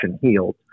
healed